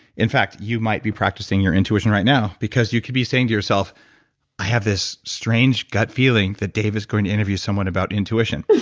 in fact, you might be practicing your intuition right now because you could be saying yourself, i have this strange gut feeling that dave is going to interview someone about intuition.